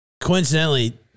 coincidentally